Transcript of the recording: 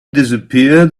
disappeared